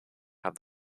have